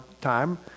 time